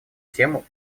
тему